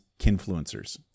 kinfluencers